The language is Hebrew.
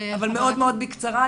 אבל מאוד מאוד בקצרה.